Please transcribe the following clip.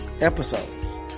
episodes